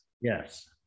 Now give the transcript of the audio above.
Yes